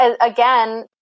again